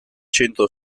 centro